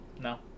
No